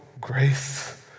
grace